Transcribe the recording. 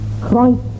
Christ